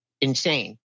insane